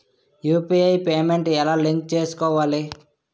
UPI payment ఎలా link చేసుకోవాలి?